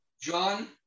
John